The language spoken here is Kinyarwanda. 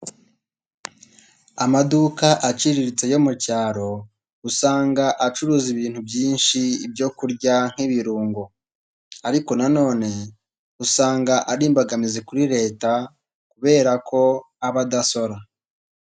Amaduka aciriritse yo mu cyaro, usanga acuruza ibintu byinshi, ibyo kurya nk'ibirungo, ariko nanone usanga ari imbogamizi kuri Leta kubera ko aba adasora.